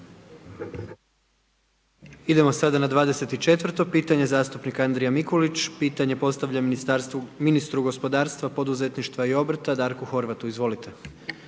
Idemo sada na 24. pitanje, zastupnika Andrija Mikulić, pitanje postavlja ministru gospodarstva, poduzetništva i obrta, Darku Horvata, izvolite.